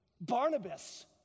Barnabas